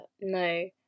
No